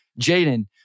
Jaden